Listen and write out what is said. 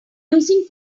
using